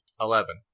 Eleven